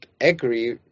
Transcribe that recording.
agree